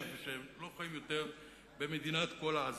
והם לא חיים יותר במדינת כל העזאזלים.